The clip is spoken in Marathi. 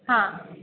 हां